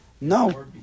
No